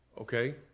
Okay